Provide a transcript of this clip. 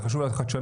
זה חשוב לחדשנות,